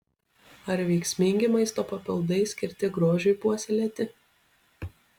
ar veiksmingi maisto papildai skirti grožiui puoselėti